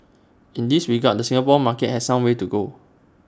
in this regard the Singapore market has some way to go